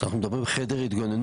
שאנחנו מדברים על חדר התגוננות.